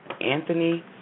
Anthony